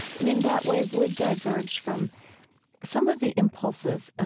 and in that way would diverge from some of the impulses,